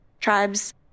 tribes